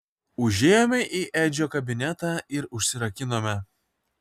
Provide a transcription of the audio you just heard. užėjome į edžio kabinetą ir užsirakinome